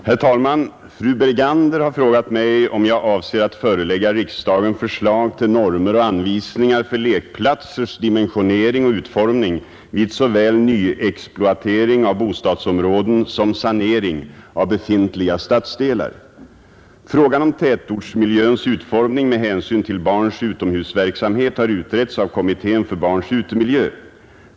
Herr talman! Fru Bergander har frågat mig om jag avser att förelägga riksdagen förslag till normer och anvisningar för lekplatsers dimensionering och utformning vid såväl nyexploatering av bostadsområden som sanering av befintliga stadsdelar. Frågan om tätortsmiljöns utformning med hänsyn till barns utomhusverksamhet har utretts av kommittén för barns utemiljö.